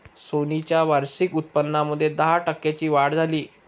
Sony च्या वार्षिक उत्पन्नामध्ये दहा टक्क्यांची वाढ झाली